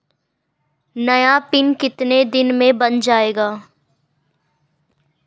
नया पिन कितने दिन में बन जायेगा?